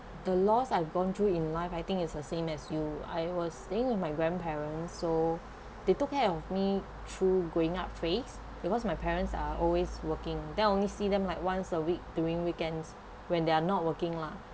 the loss I've gone through in life I think it's the same as you I was staying with my grandparents so they took care of me through growing up phrase because my parents are always working then only see them like once a week during weekends when they are not working lah